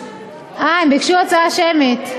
הם ביקשו הצבעה שמית,